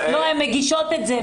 הן מגישות את זה.